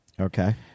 Okay